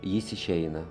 jis išeina